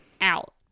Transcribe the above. out